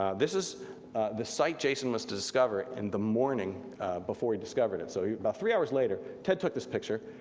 ah this is the site jason was to discover in the morning before he discovered it. so about three hours later, ted took this picture.